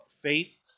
Faith